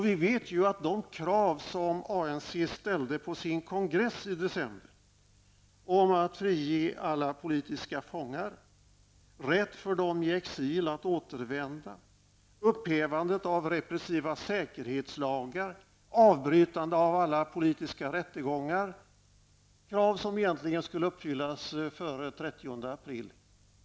Vi känner till de krav som ANC ställde på sin kongress i december om frigivning av alla politiska fångar, om rätt för dem i exil att återvända, om upphävande av repressiva säkerhetslagar och avbrytande av alla politiska rättegångar. Alla dessa krav skulle ha varit uppfyllda den 30 april.